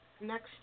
next